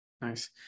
Nice